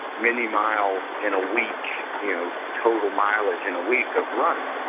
many miles in a week, you know, total mileage and a week of running